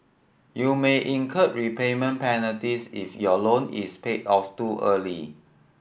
you may incur repayment penalties if your loan is paid off too early